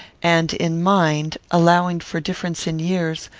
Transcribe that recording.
and in mind, allowing for difference in years,